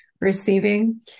receiving